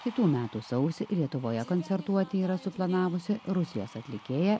kitų metų sausį lietuvoje koncertuoti yra suplanavusi rusijos atlikėja